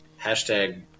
Hashtag